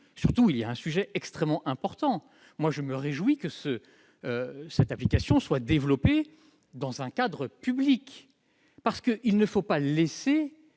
soulève une question extrêmement importante : je me réjouis que cette application ait été développée dans un cadre public, parce qu'il ne faut pas laisser